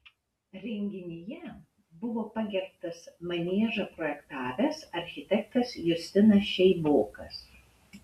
renginyje buvo pagerbtas maniežą projektavęs architektas justinas šeibokas